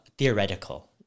theoretical